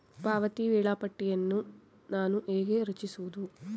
ಪಾವತಿ ವೇಳಾಪಟ್ಟಿಯನ್ನು ನಾನು ಹೇಗೆ ರಚಿಸುವುದು?